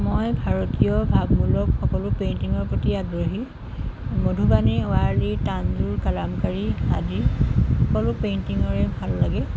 মই ভাৰতীয় ভাৱমূলক সকলো পেইণ্টিঙৰ প্ৰতি আগ্ৰহী মধুবাণী ৱাৰলি টানজোৰ কালামকাৰি আদি সকলো পেইণ্টিঙৰে ভাল লাগে